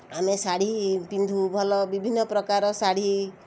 ଆମେ ଶାଢ଼ୀ ପିନ୍ଧୁ ଭଲ ବିଭିନ୍ନ ପ୍ରକାର ଶାଢ଼ୀ